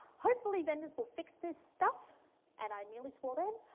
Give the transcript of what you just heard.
hopefully vendors will fix this stuff and i nearly swore then.